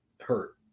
hurt